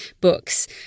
books